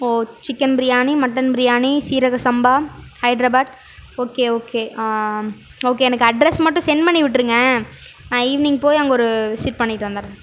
ஓ chicken biryani mutton biryani சீரக சம்பா Hyderabad okay okay okay எனக்கு அட்ரஸ் மட்டும் சென்ட் பண்ணி விட்ருங்க நான் ஈவினிங் போய் அங்கே ஒரு விசிட் பண்ணிவிட்டு வந்தட்றேன்